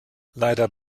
leider